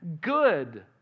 good